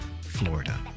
Florida